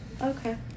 Okay